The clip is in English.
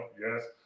Yes